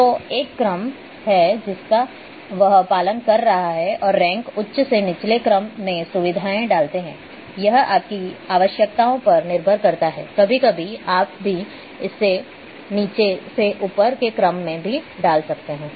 तो एक क्रम है जिसका वह पालन कर रहा है और रैंक उच्च से निचले क्रम में सुविधाएँ डालते हैं यह आपकी आवश्यकताओं पर निर्भर करता है कभी कभी आप भी इससे नीचे से ऊपर के क्रम में भी डालते हैं